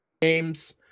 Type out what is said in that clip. games